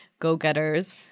go-getters